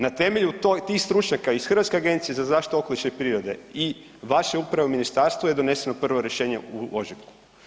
Na temelju tih stručnjaka iz Hrvatske agencije za zaštitu okoliša i prirode i vaše upravo ministarstvo je doneslo prvo rješenje u ožujku.